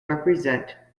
represent